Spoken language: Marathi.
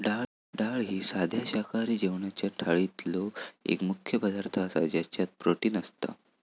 डाळ ही साध्या शाकाहारी जेवणाच्या थाळीतलो एक मुख्य पदार्थ आसा ज्याच्यात प्रोटीन असता